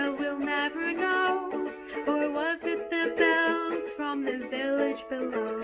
ah we'll never know was it the bells from the village below?